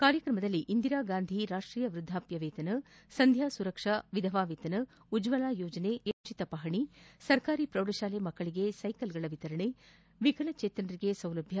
ಕಾರ್ಯಕ್ರಮದಲ್ಲಿ ಇಂದಿರಾಗಾಂಧಿ ರಾಷ್ಟೀಯ ವ್ಯದ್ಧಾಪ್ತ ವೇತನ ಸಂಧ್ಯಾ ಸುರಕ್ಷಾ ವಿಧವಾ ವೇತನ ಉಜ್ವಲ ಯೋಜನೆ ರೈತರಿಗೆ ಉಚಿತ ಪಪಣಿ ಸರ್ಕಾರಿ ಪ್ರೌಢಶಾಲೆ ಮಕ್ಕಳಿಗೆ ಸೈಕಲ್ ವಿತರಣೆ ವಿಕಲಜೇತನರಿಗೆ ಸೌಲಭ್ಯ